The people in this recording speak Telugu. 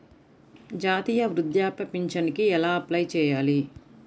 జాతీయ వృద్ధాప్య పింఛనుకి ఎలా అప్లై చేయాలి?